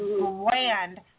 grand